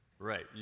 Right